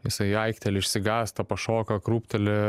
jisai aikteli išsigąsta pašoka krūpteli